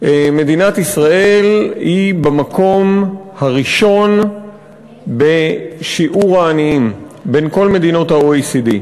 מדינת ישראל היא במקום הראשון בשיעור העניים בכל מדינות ה-OECD.